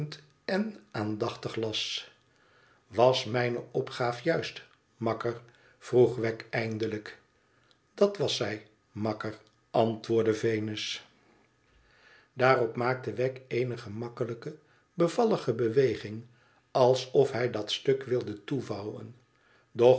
en aandachtig las was mijne opgaaf juist makker vroeg wegg eindelijk dat was zij makker antwoordde venus daarop maakte wegg eene gemakkelijke bevallige beweging alsof hij dat stuk wilde